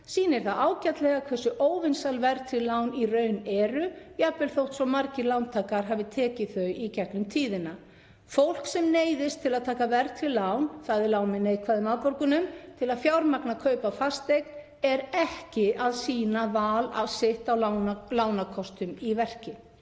sýnir það ágætlega hversu óvinsæl verðtryggð lán í raun eru, jafnvel þótt svo margir lántakar hafi tekið þau í gegnum tíðina. Fólk sem neyðist til að taka verðtryggð lán, þ.e. lán með neikvæðum afborgunum, til að fjármagna kaup á fasteign er ekki að sýna val sitt á lánakostum í verki.“